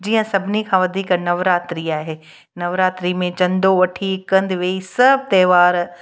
जीअं सभिनी खां वधीक नवरात्री आहे नवरात्री में चवंदो वठी हिकु हंधु वेही सभु त्योहार